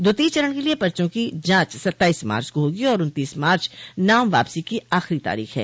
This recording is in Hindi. द्वितीय चरण के लिए पचों की जांच सत्ताइस मार्च का होगी और उन्तीस मार्च नाम वापसी की आखिरी तारीख है